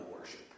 worship